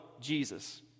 Jesus